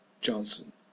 Johnson